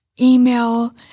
email